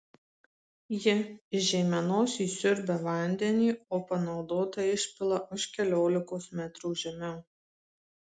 ji iš žeimenos įsiurbia vandenį o panaudotą išpila už keliolikos metrų žemiau